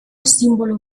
sinbolo